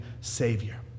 Savior